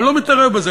אני לא מתערב בזה,